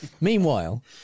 Meanwhile